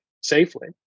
safely